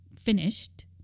finished